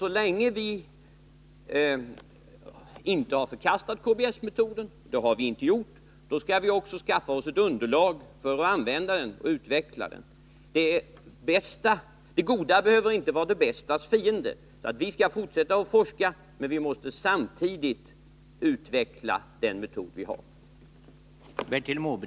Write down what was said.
Så länge vi inte har förkastat KBS-metoden — och det har vi således inte gjort ännu — skall vi också skaffa oss ett underlag för att använda och utveckla den. Det goda behöver inte vara det bästas fiende. Vi skall fortsätta att forska, men vi måste samtidigt utveckla den metod som vi har.